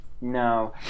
No